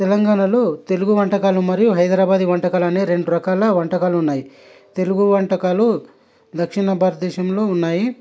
తెలంగాణలో తెలుగు వంటకాలు మరియు హైదరాబాదీ వంటకాలు అనే రెండురకాల వంటకాలు ఉన్నాయి తెలుగు వంటకాలు దక్షిణ భారత దేశంలో ఉన్నాయి